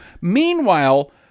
Meanwhile